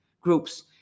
groups